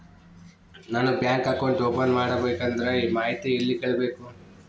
ನಾನು bank account open ಮಾಡಬೇಕಂದ್ರ ಮಾಹಿತಿ ಎಲ್ಲಿ ಕೇಳಬೇಕು?